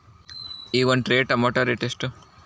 ಈಗ ಒಂದ್ tray tomato rate ಎಷ್ಟ?